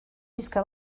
pixka